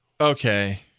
Okay